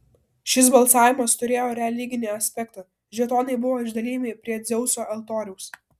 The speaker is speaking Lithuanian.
šis balsavimas turėjo religinį aspektą žetonai buvo išdalijami prie dzeuso altoriaus